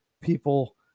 people